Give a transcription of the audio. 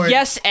Yes